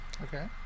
Okay